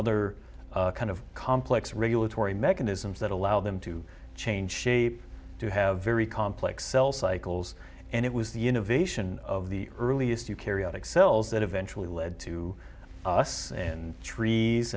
are kind of complex regulatory mechanisms that allow them to change shape to have very complex cell cycles and it was the innovation of the earliest to carry out excels that eventually led to us and trees